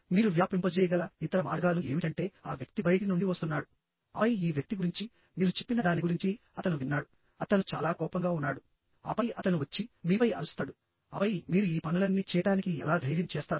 మీరు వ్యాపింపజేయగల ఇతర మార్గాలు ఏమిటంటే ఆ వ్యక్తి బయటి నుండి వస్తున్నాడు ఆపై ఈ వ్యక్తి గురించి మీరు చెప్పిన దాని గురించి అతను విన్నాడు అతను చాలా కోపంగా ఉన్నాడు ఆపై అతను వచ్చి మీపై అరుస్తాడు ఆపై మీరు ఈ పనులన్నీ చేయడానికి ఎలా ధైర్యం చేస్తారు